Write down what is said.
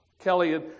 Kelly